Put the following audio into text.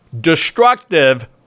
destructive